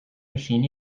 machine